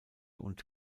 und